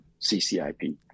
CCIP